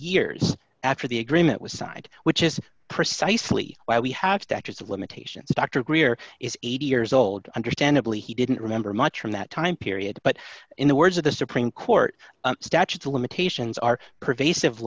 years after the agreement was signed which is precisely why we have statutes of limitations dr greer is eighty years old understandably he didn't remember much from that time period but in the words of the supreme court statutes of limitations are pervasive